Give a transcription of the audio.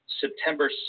September